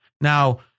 now